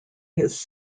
his